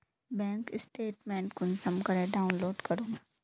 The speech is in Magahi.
बैंक स्टेटमेंट कुंसम करे डाउनलोड करूम?